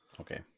Okay